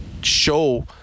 show